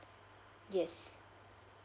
yes